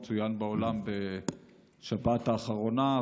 הוא צוין בעולם בשבת האחרונה,